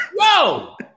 whoa